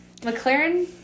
McLaren